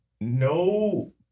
no